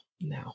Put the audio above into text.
no